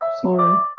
sorry